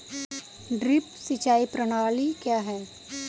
Drip सिंचाई प्रणाली क्या है?